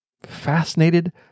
fascinated